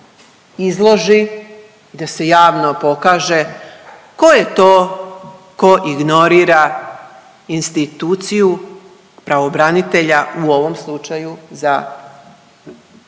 izloži, da se javno pokaže tko je to tko ignorira instituciju pravobranitelja, u ovom slučaju za brigu,